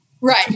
right